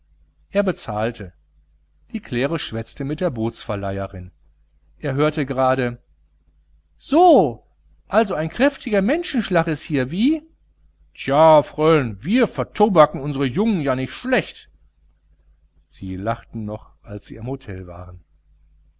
er bezahlte die claire schwätzte mit der bootsverleiherin er hörte gerade so also ein kräftiger menschenschlag ist hier wie tje fröln wir vertobaken uns jungen ja nich schlecht sie lachten noch als sie am hotel waren